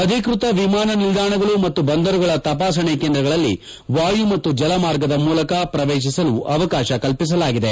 ಅಧಿಕೃತ ವಿಮಾನ ನಿಲ್ಲಾಣಗಳು ಮತ್ತು ಬಂದರುಗಳ ತಪಾಸಣೆ ಕೇಂದ್ರಗಳಲ್ಲಿ ವಾಯು ಮತ್ತು ಜಲಮಾರ್ಗದ ಮೂಲಕ ಪ್ರವೇಶಿಸಲು ಅವಕಾಶ ಕಲ್ಪಿಸಲಾಗಿದೆ